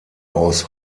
aus